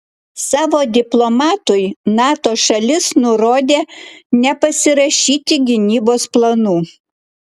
savo diplomatui nato šalis nurodė nepasirašyti gynybos planų